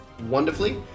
Wonderfully